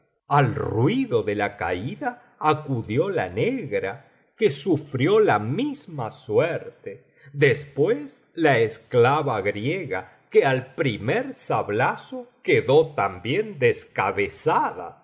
al ruido de la caída acudió la negra que sufrió la misma suerte después la esclava griega que al primer sablazo quedó también descabezada